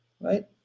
right